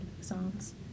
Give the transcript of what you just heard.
songs